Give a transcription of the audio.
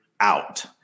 out